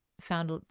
found